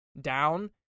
down